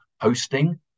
hosting